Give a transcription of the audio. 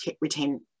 retain